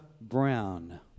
Brown